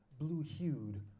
blue-hued